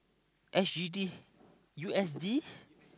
S_G_D U_S_D